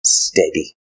steady